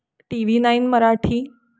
T V nine Marathi